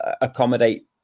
accommodate